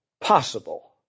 possible